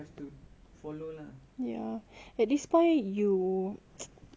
at this point you how do I say eh macam